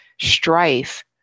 strife